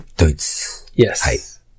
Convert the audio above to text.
Yes